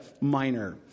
Minor